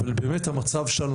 אבל המצב שלנו,